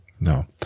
No